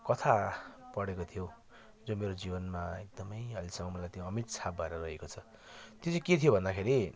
कथा पढेको थिएँ त्यो मेरो जीवनमा एकदमै अहिलेसम्मको त्यो अमिट छाप भएर रहेको छ त्यो चाहिँ के थियो भन्दाखेरि